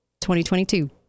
2022